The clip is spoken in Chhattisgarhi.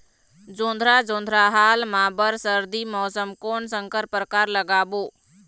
जोंधरा जोन्धरा हाल मा बर सर्दी मौसम कोन संकर परकार लगाबो?